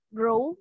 grow